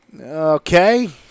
Okay